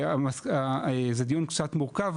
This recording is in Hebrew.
וזה דיון קצת מורכב,